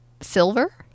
silver